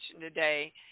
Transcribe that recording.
today